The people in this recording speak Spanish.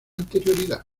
anterioridad